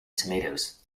tomatoes